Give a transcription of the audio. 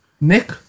Nick